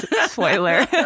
Spoiler